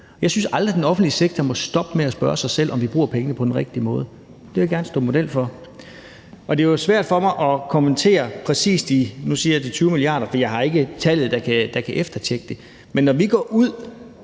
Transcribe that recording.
Jeg synes aldrig den offentlige sektor må stoppe med at spørge sig selv, om vi bruger pengene på den rigtige måde. Det vil jeg gerne stå på mål for. Det er jo svært for mig at kommentere, om det er præcis 20 mia. kr., for jeg har ikke tallet, det kan efterkontrolleres med, men vi har også